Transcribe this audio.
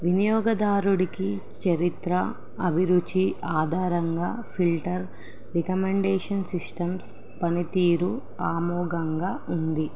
వినియోగదారుడికి చరిత్ర అభిరుచి ఆధారంగా ఫిల్టర్ రికమండేషన్ సిస్టమ్స్ పనితీరు ఆమోఘంగా ఉంది